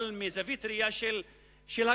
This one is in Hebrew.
אבל מזווית ראייה של הגדרות.